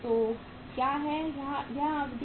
तो क्या है यहां अवधि